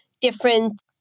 different